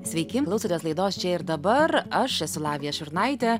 sveiki klausotės laidos čia ir dabar aš esu lavija šurnaitė